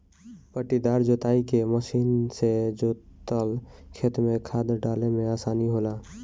पट्टीदार जोताई के मशीन से जोतल खेत में खाद डाले में आसानी होला